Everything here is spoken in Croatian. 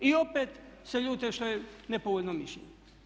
I opet se ljute što je nepovoljno mišljenje.